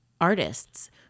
artists